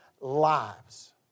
lives